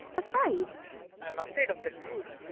afraid i'm afraid of the truth.